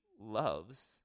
loves